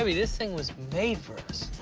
i mean this thing was made for us.